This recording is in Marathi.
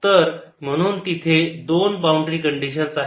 तर म्हणून तिथे 2 बाउंड्री कंडिशन्स आहे